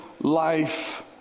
Life